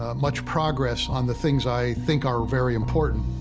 ah much progress on the things i think are very important.